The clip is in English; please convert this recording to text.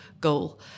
goal